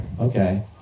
okay